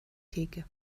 theke